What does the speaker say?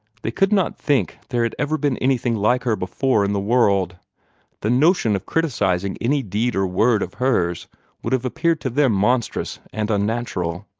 they could not think there had ever been anything like her before in the world the notion of criticising any deed or word of hers would have appeared to them monstrous and unnatural.